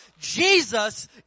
Jesus